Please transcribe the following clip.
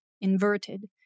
inverted